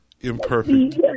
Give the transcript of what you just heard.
imperfect